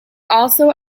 also